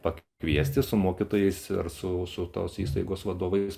pakviesti su mokytojais ar su su tos įstaigos vadovais